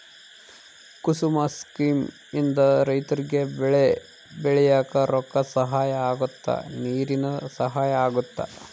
ಕುಸುಮ scheme ಇಂದ ರೈತರಿಗೆ ಬೆಳೆ ಬೆಳಿಯಾಕ ರೊಕ್ಕ ಸಹಾಯ ಅಗುತ್ತ ನೀರಿನ ಸಹಾಯ ಅಗುತ್ತ